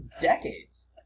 decades